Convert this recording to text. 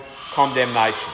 condemnation